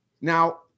Now